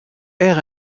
air